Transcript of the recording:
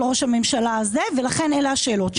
ראש הממשלה הזה ולכן אלה השאלות שלי.